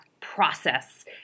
process